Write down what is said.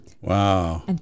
Wow